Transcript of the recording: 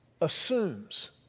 assumes